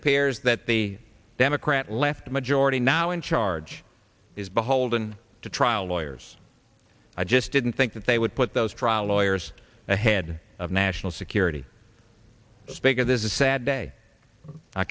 appears that the democrat left majority now in charge is beholden to trial lawyers i just didn't think that they would put those trial lawyers ahead of national security is bigger this is a sad day i